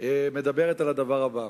מדברת על הדבר הבא: